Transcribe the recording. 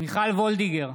מיכל וולדיגר,